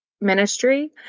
ministry